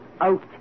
out